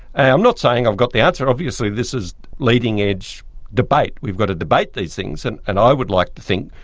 i'm not saying i've got the answer, obviously this is leading-edge debate. we've got to debate these things and, and i would like to think,